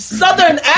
southern